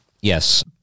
Yes